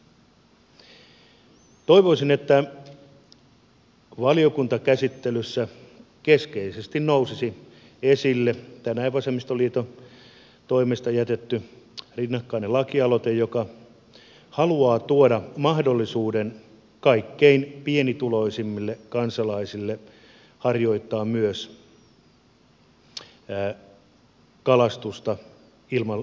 toivoisin että valiokuntakäsittelyssä keskeisesti nousisi esille tänään vasemmistoliiton toimesta jätetty rinnakkainen lakialoite joka haluaa tuoda mahdollisuuden myös kaikkein pienituloisimmille kansalaisille harjoittaa kalastusta ilman lupamaksuja